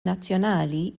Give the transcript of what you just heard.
nazzjonali